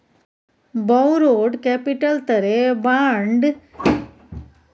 borrowed capital तरे bond deposit loan सभक चर्चा कएल जा सकइ छै